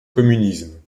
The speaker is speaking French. communisme